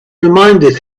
reminded